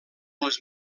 les